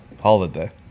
holiday